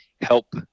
help